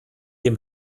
dem